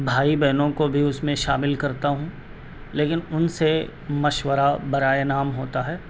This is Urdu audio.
بھائی بہنوں کو بھی اس میں شامل کرتا ہوں لیکن ان سے مشورہ برائے نام ہوتا ہے